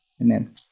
Amen